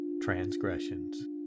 transgressions